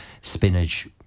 spinach